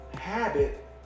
habit